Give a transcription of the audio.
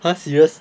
ha serious